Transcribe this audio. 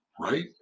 Right